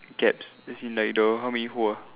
gaps as in like the how many hole